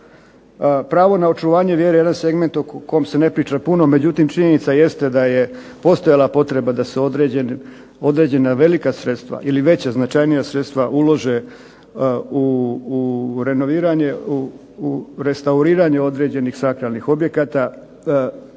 pravo na očuvanje vjere je jedan segment o kom se ne priča puno. Međutim, činjenica jeste da je postojala potreba da se određena velika sredstva ili veća, značajnija sredstva ulože u renoviranje, u restauriranje određenih sakralnih objekata.